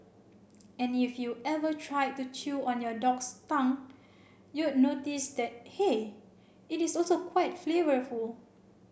and if you ever tried to chew on your dog's tongue you'd notice that hey it is also quite flavourful